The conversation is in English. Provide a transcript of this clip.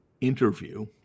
interview